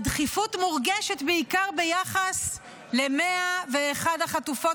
הדחיפות מורגשת בעיקר ביחס ל-101 החטופות